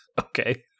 Okay